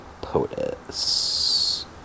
POTUS